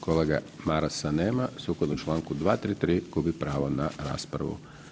Kolege Marasa nema sukladno čl. 233.gubi pravo na raspravu.